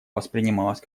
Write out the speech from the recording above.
воспринималось